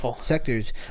sectors